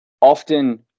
often